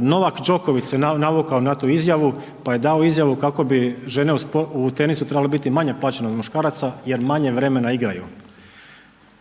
Novak Đoković se navukao na tu izjavu, pa je dao izjavu kako bi žene u tenisu trebale biti manje plaćene od muškaraca jer manje vremena igraju.